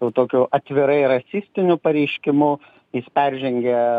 jau tokiu atvirai rasistiniu pareiškimu jis peržengė